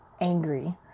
Angry